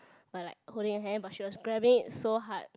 by like holding her hand but she was grabbing it so hard